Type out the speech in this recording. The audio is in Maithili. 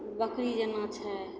बकरी जेना छै